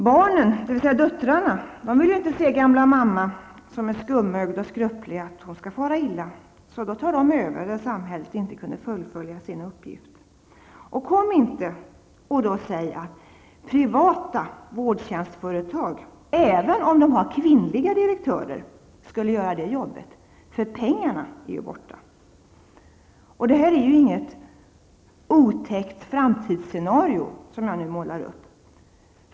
Barnen, dvs. döttrarna, vill ju inte se gamla mamma, som är skumögd och skröplig, fara illa, så de tar över där samhället inte kunde fullfölja sin uppgift. Kom då inte och säg att privata vårdtjänstföretag, även om de har kvinnliga direktörer, skulle göra det jobbet! Pengarna är ju borta. Det är inte ett otäckt framtidsscenario som jag nu målar upp.